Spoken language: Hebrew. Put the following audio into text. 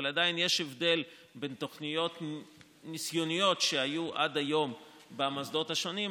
אבל עדיין יש הבדל בין תוכניות ניסיוניות שהיו עד היום במוסדות השונים,